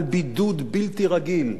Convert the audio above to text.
על בידוד בלתי רגיל,